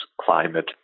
Climate